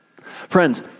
Friends